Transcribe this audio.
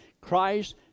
Christ